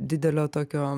didelio tokio